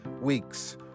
weeks